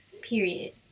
Period